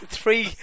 three